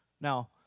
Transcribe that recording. Now